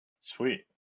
Sweet